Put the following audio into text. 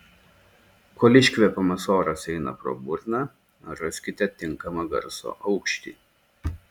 kol iškvepiamas oras eina pro burną raskite tinkamą garso aukštį